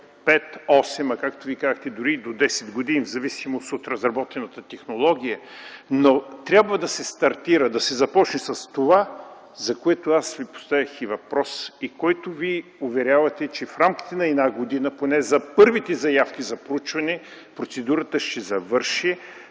5-8, а както Вие казахте, дори до 10 години в зависимост от разработената технология. Трябва да се стартира, да се започне с това, за което аз Ви поставих и въпроса, и в който Вие уверявате, че в рамките на една година поне за първите заявки за проучване процедурата ще завърши.